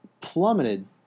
plummeted